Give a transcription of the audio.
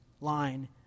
line